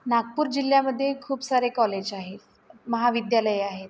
नागपूर जिल्ह्यामध्ये खूप सारे कॉलेज आहेत महाविद्यालये आहेत